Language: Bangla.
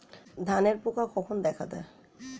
ধানের পোকা কখন দেখা দেয়?